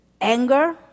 anger